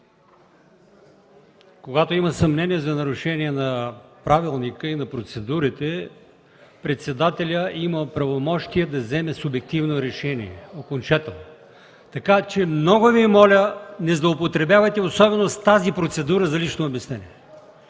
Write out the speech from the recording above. Когато има съмнение за нарушение на правилника и на процедурите, председателят има правомощия да вземе субективно решение. Много Ви моля не злоупотребявайте, особено с процедурата за лично обяснение.